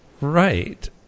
Right